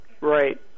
Right